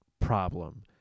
problem